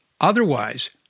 Otherwise